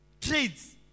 trades